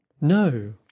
No